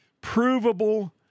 provable